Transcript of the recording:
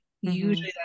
usually